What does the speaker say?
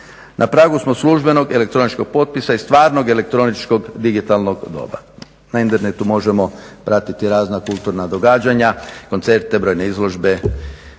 Na pragu smo službenog elektroničkog potpisa i stvarnog elektroničkog digitalnog doba. Na internetu možemo pratiti razna kulturna događanja, koncerte, brojne izložbe